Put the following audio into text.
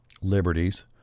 liberties